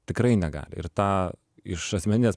tikrai negali ir tą iš asmeninės